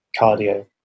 cardio